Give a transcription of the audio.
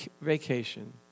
vacation